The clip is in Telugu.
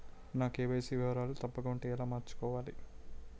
నా కే.వై.సీ వివరాలు తప్పుగా ఉంటే ఎలా మార్చుకోవాలి?